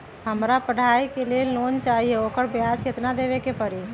हमरा पढ़ाई के लेल लोन चाहि, ओकर ब्याज केतना दबे के परी?